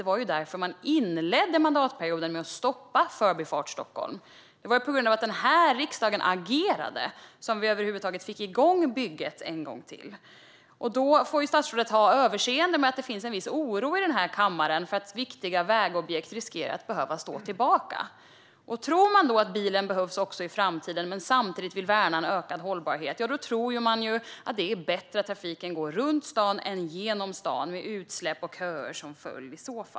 Det var därför man inledde mandatperioden med att stoppa Förbifart Stockholm. Det var på grund av att riksdagen agerade som vi över huvud taget fick igång bygget en gång till. Då får statsrådet ha överseende med att det finns en viss oro i kammaren för att viktiga vägobjekt riskerar att behöva stå tillbaka. Tror man att bilen behövs också i framtiden, och vill man samtidigt värna en ökad hållbarhet? I så fall tror man att det är bättre att trafiken går runt stan än genom stan, med utsläpp och köer som följd.